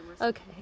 Okay